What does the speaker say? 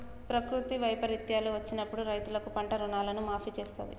ప్రకృతి వైపరీత్యాలు వచ్చినప్పుడు రైతులకు పంట రుణాలను మాఫీ చేస్తాంది